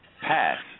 Pass